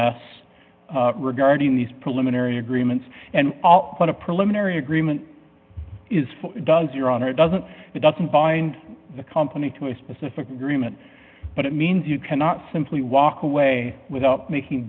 s regarding these preliminary agreements and all but a preliminary agreement is for does your honor doesn't it doesn't bind the company to a specific agreement but it means you cannot simply walk away without making